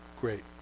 Great